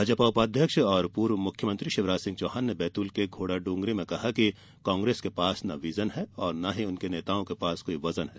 भाजपा उपाध्यक्ष और पूर्व मुख्यमंत्री षिवराज सिंह चौहान ने बैतूल के घोंडाडोंगरी में कहा कि कांग्रेस के पास ना विजन है ना उसके नेताओं की बातों में वजन है